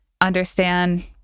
understand